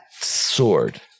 sword